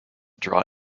draw